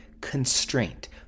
constraint